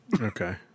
Okay